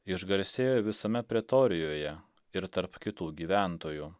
išgarsėjo visame pretorijoje ir tarp kitų gyventojų